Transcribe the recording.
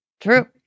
True